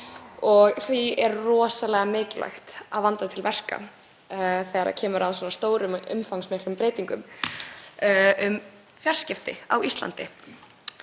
og rosalega mikilvægt að vanda til verka þegar kemur að svona stórum og umfangsmiklum breytingum á fjarskiptum á Íslandi.